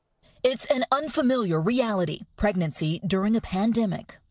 it's an unfamiliar reality. pregnancy during a pandemic.